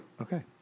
Okay